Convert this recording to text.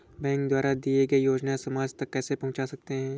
Bank द्वारा दिए गए योजनाएँ समाज तक कैसे पहुँच सकते हैं?